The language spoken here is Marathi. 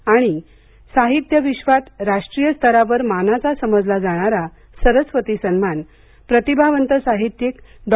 आणि साहित्य विश्वात राष्ट्रीय स्तरावर मानाचा समजला जाणारा सरस्वती सन्मान प्रतिभावंत साहित्यिक डॉ